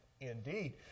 indeed